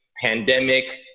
pandemic